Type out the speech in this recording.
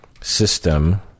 system